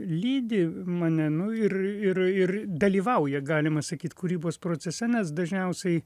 lydi mane nu ir ir ir dalyvauja galima sakyt kūrybos procese nes dažniausiai